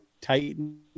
Titan